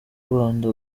rwanda